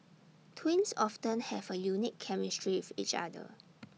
twins often have A unique chemistry with each other